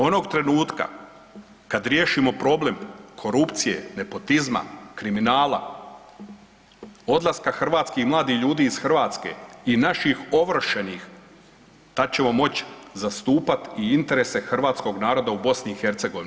Onog trenutka kad riješimo problem korupcije, nepotizma, kriminala, odlaska hrvatskih mladih ljudi iz Hrvatske i naših ovršenih tad ćemo moći zastupati i interese Hrvatskog naroda u Bosni i Hercegovini.